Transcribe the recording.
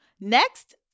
Next